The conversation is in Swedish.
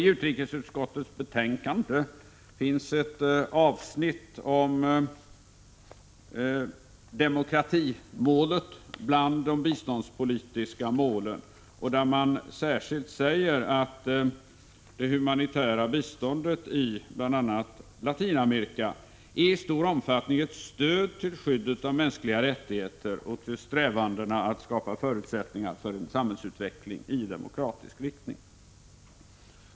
I utrikesutskottets betänkande finns ett avsnitt om demokratimålet bland de biståndspolitiska målen, där man särskilt framhåller att det humanitära biståndet i bl.a. Latinamerika i stor omfattning är ett stöd till skyddet av mänskliga rättigheter och till strävandena att skapa förutsättningar för en samhällsutveckling i demokratisk riktning.